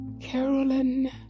Carolyn